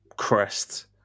Crest